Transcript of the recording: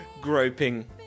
Groping